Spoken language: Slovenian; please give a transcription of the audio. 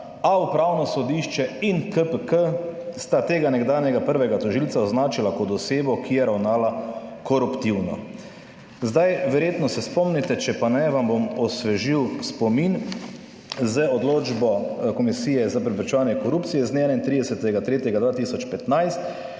a Upravno sodišče in KPK sta tega nekdanjega prvega tožilca označila kot osebo, ki je ravnala koruptivno. Zdaj verjetno se spomnite, če pa ne, vam bom osvežil spomin z odločbo Komisije za preprečevanje korupcije z dne 31. 3. 2015,